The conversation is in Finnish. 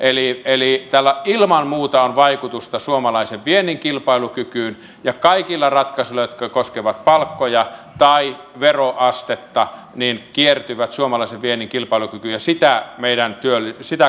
eli tällä ilman muuta on vaikutusta suomalaisen viennin kilpailukykyyn ja kaikki ratkaisut jotka koskevat palkkoja tai veroastetta kiertyvät suomalaisen viennin kilpailukykyyn ja sitä kautta meidän työllisyysasteeseen